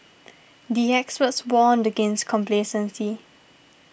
the experts warned against complacency